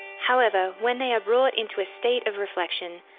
however, when they are brought into a state of reflection,